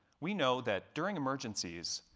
we know that during emergencies,